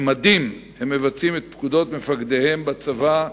במדים הם מבצעים את פקודות מפקדיהם בצבא,